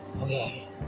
Okay